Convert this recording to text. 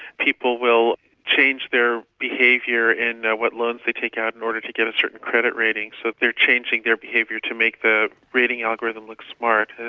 people will change their behaviour in what loans they take out in order to get a certain credit rating, so they're changing their behaviour to make the rating algorithm look smart.